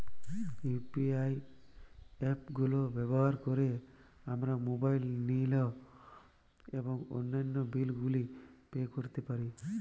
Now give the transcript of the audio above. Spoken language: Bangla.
ইউ.পি.আই অ্যাপ গুলো ব্যবহার করে আমরা মোবাইল নিল এবং অন্যান্য বিল গুলি পে করতে পারি